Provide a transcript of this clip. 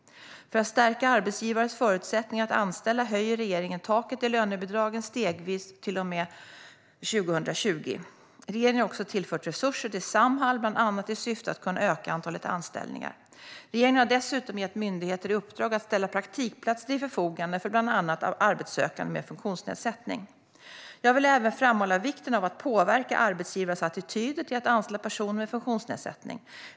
För att stärka arbetsgivares förutsättningar att anställa höjer regeringen taket i lönebidragen stegvis till och med 2020. Regeringen har också tillfört resurser till Samhall, bland annat i syfte att kunna öka antalet anställningar. Regeringen har dessutom gett myndigheter i uppdrag att ställa praktikplatser till förfogande för bland annat arbetssökande med funktionsnedsättning. Jag vill även framhålla vikten av att påverka arbetsgivares attityder till att anställa personer med funktionsnedsättning.